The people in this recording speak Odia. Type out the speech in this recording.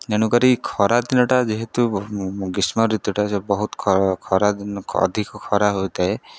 ତେଣୁକରି ଖରାଦିନଟା ଯେହେତୁ ଗ୍ରୀଷ୍ମ ଋତୁଟା ସେ ବହୁତ ଖ ଖରା ଦିନ ଅଧିକ ଖରା ହୋଇଥାଏ